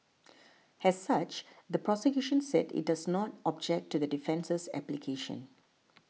has such the prosecution said it does not object to the defence's application